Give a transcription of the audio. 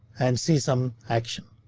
and see some action.